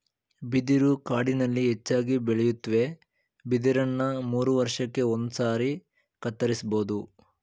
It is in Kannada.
ಬಿದಿರು ಕಾಡಿನಲ್ಲಿ ಹೆಚ್ಚಾಗಿ ಬೆಳೆಯುತ್ವೆ ಬಿದಿರನ್ನ ಮೂರುವರ್ಷಕ್ಕೆ ಒಂದ್ಸಾರಿ ಕತ್ತರಿಸ್ಬೋದು